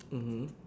mmhmm